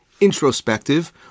introspective